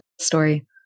story